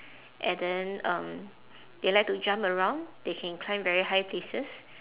and then um they like to jump around they can climb very high places